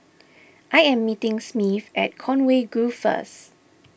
I am meeting Smith at Conway Grove first